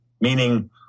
meaning